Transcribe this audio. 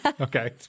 Okay